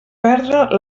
perdre